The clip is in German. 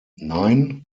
nein